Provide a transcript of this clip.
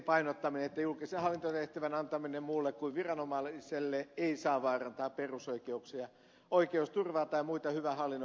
julkisen hallintotehtävän antaminen muulle kuin viranomaiselle ei saa vaarantaa perusoikeuksia oikeusturvaa tai muita hyvän hallinnon vaatimuksia